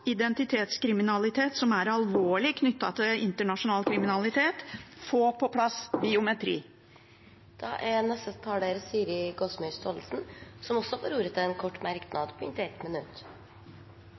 identitetskriminalitet – som er alvorlig – knyttet til internasjonal kriminalitet, få på plass biometri! Representanten Siri Gåsemyr Staalesen har hatt ordet to ganger tidligere og får ordet til en kort